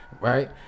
Right